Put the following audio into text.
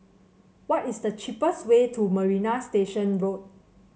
what is the cheapest way to Marina Station Road